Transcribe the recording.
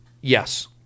Yes